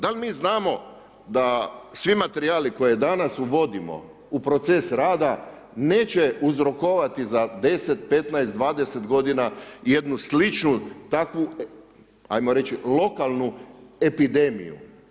Da li mi znamo da svi materijali koje danas uvodimo u proces rada neće uzrokovati za 10, 15, 20 godina jednu sličnu takvu hajmo reći lokalnu epidemiju?